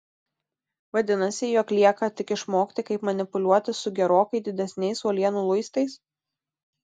vadinasi jog lieka tik išmokti taip manipuliuoti su gerokai didesniais uolienų luistais